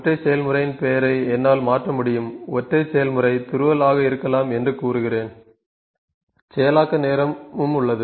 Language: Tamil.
ஒற்றை செயல்முறையின் பெயரை என்னால் மாற்ற முடியும் ஒற்றை செயல்முறை துருவல் ஆக இருக்கலாம் என்று கூறுகிறேன் செயலாக்க நேரமும் உள்ளது